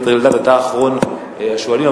אתה אחרון השואלים,